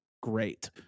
great